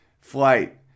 flight